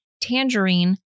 tangerine